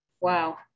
Wow